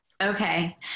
Okay